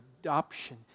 adoption